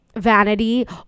Vanity